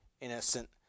innocent